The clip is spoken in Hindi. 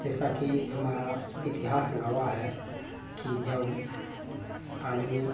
जैसा कि हमारा इतिहास गवाह है कि जो आदमी